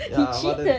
ya but the